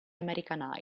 american